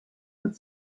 that